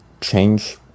change